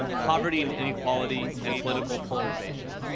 poverty and inequality and political polarization.